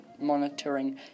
monitoring